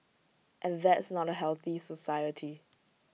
and that's not A healthy society